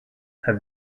have